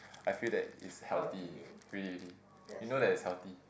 I feel that is healthy really really you know that is healthy